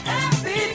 Happy